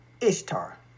Ishtar